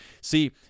See